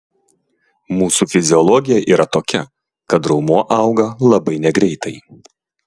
mūsų fiziologija yra tokia kad raumuo auga labai negreitai